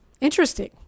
Interesting